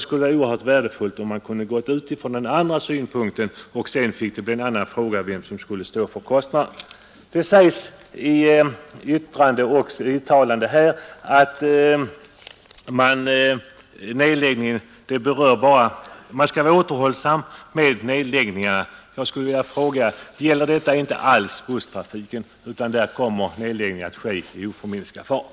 Det skulle ha varit oerhört värdefullt om man hade utgått från den förra synpunkten. Vem som skall stå för kostnaden fick då bli en andrahandsfråga. Det uttalas i svaret på min fråga att man kommer att vara återhållsam med nedläggningarna. Jag vill fråga om detta inte alls gäller busslinjerna, vilket i så fall skulle betyda att nedläggningarna där kommer att ske i oförminskad takt.